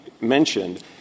mentioned